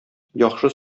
яхшы